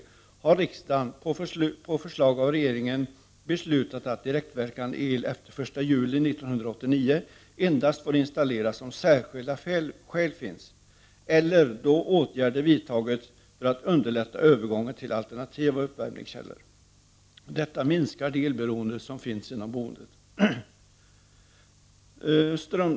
Dessutom har riksdagen, på förslag av regeringen, beslutat att direktverkande el efter den 1 juli 1989 endast får installeras om särskilda skäl finns eller då åtgärder vidtagits för att underlätta övergången till alternativa uppvärmningskällor. På det sättet minskas det elberoende som finns inom boendet.